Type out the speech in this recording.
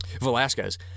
Velasquez